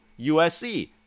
USC